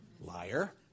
Liar